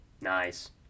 nice